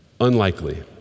Unlikely